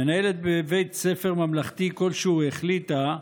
מנהלת בבית ספר ממלכתי כלשהו החליטה,